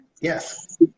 Yes